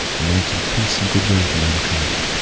announcing peace and good-will to mankind.